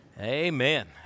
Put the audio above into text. Amen